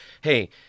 hey